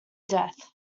death